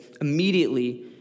immediately